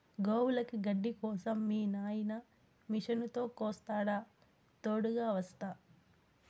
గోవులకి గడ్డి కోసం మీ నాయిన మిషనుతో కోస్తాడా తోడుగ వస్తా